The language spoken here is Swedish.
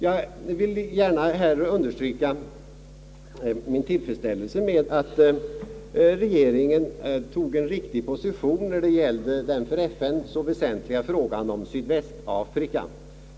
Jag vill gärna understryka min tillfredsställelse med att regeringen tog en riktig position när det gällde den för FN så väsentliga frågan om Sydvästafrika.